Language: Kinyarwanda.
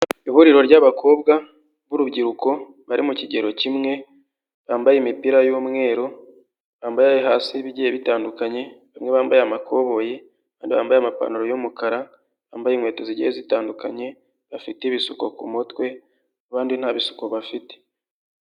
Ihuriro ry'abakobwa b'urubyiruko bari mu kigero kimwe bambaye imipira y'umweru, bambaye hasi ibigiye bitandukanye bamwe bambaye amakoboyi, abandi bambaye amapantaro y'umukara, bambaye inkweto zigiye zitandukanye bafite ibisuko ku mutwe abandi nta bisuko bafite.